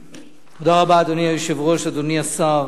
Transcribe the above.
אדוני היושב-ראש, תודה רבה, אדוני השר,